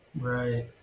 Right